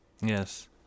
Yes